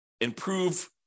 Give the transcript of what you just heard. improve